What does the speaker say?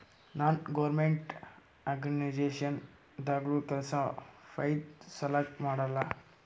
ನಾನ್ government organization ದಾಗ್ನು ಕೆಲ್ಸಾ ಫೈದಾ ಸಲಾಕ್ ಮಾಡಲ್ಲ